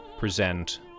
present